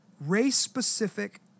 race-specific